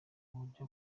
uburyo